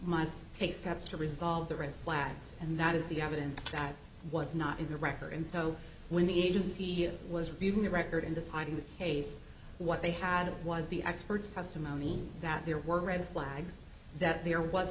must take steps to resolve the red flags and that is the evidence that was not in the record and so when the agency was reviewing the record in deciding the case what they had it was the experts testimony that there were red flags that there was